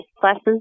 classes